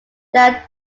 that